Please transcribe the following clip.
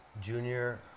Junior